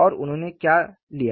और उन्होंने क्या लिया